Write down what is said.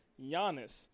Giannis